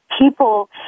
people